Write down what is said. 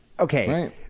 Okay